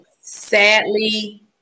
Sadly